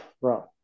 bro